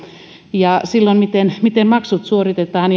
ja miten silloin maksut suoritetaan